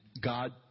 God